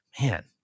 man